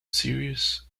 series